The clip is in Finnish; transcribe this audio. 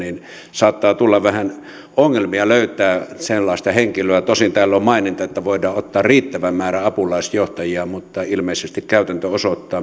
saattaa tulla vähän ongelmia löytää sellaista henkilöä tosin täällä on maininta että voidaan ottaa riittävä määrä apulaisjohtajia mutta ilmeisesti käytäntö osoittaa